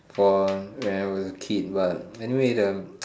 for when I was a kid but anyway the